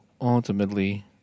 ultimately